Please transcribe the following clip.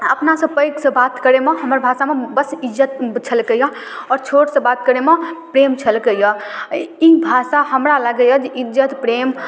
आओर अपनासँ पैघसँ बात करैमे हमर भाषामे बस इज्जति छलकै अइ आओर छोटसँ बात करैमे प्रेम छलकै अइ ई भाषा हमरा लागैए जे इज्जति प्रेम